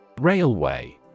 Railway